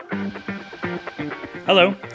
Hello